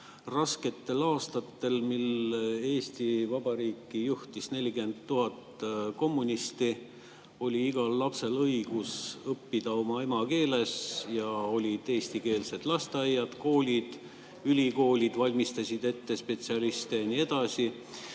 rasketel aastatel, kui Eesti Vabariiki juhtis 40 000 kommunisti, oli igal lapsel õigus õppida oma emakeeles ja olid eestikeelsed lasteaiad, koolid ja ülikoolid, mis valmistasid ette spetsialiste ja nii edasi,